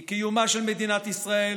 כי קיומה של מדינת ישראל